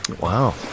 Wow